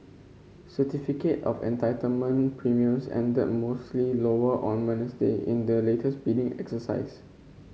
certificate of Entitlement premiums ended mostly lower on Wednesday in the latest bidding exercise